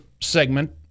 segment